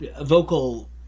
vocal